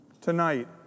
Tonight